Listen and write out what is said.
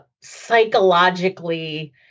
psychologically